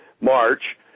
March